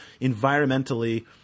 environmentally